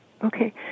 Okay